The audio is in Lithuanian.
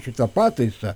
šitą pataisą